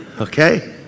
Okay